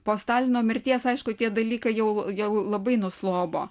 po stalino mirties aišku tie dalykai jau jau labai nuslopo